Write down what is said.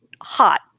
Hot